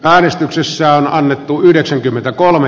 äänestyksessä annettu ehdotusta